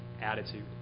attitude